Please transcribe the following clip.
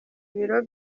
ibiro